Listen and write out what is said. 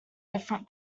different